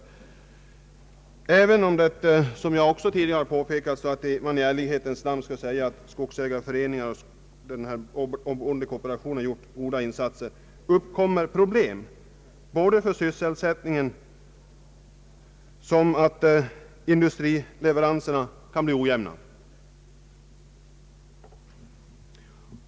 Även om det i ärlighetens namn skall sägas att skogsägarföreningarna och bondekooperationen gjort goda insatser, uppkommer problem för sysselsättningen, och industrileveranserna kan bli ojämna.